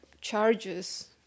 charges